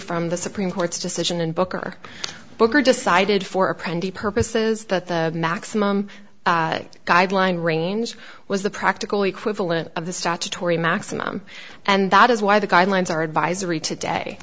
from the supreme court's decision and booker booker decided for a printed purposes the maximum guideline range was the practical equivalent of the statutory maximum and that is why the guidelines are advisory today